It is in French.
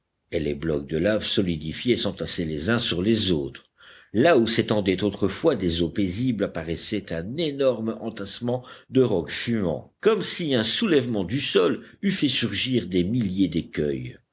et les blocs de laves solidifiées s'entassaient les uns sur les autres là où s'étendaient autrefois des eaux paisibles apparaissait un énorme entassement de rocs fumants comme si un soulèvement du sol eût fait surgir des milliers d'écueils